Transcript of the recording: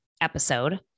episode